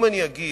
אם אני אגיד: